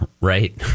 Right